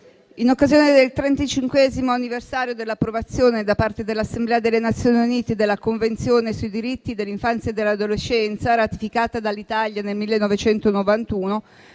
in occasione del trentacinquesimo anniversario della approvazione, da parte dell'Assemblea delle Nazioni unite, della Convenzione sui diritti dell'infanzia e dell'adolescenza, ratificata dall'Italia nel 1991,